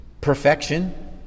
perfection